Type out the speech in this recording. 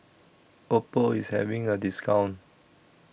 Oppo IS having A discount